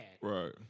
right